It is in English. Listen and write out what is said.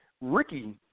Ricky